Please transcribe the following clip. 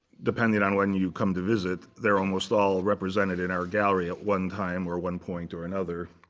depending on when you come to visit, they're almost all represented in our gallery at one time or one point or another.